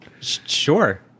Sure